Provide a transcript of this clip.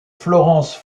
florence